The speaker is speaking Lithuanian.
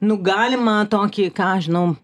nu galima tokį ką aš žinau